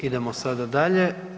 Idemo sada dalje.